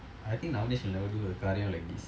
I think navinesh will never do a காரியம்:kaariyam like this